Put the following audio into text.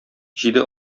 җиде